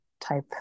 type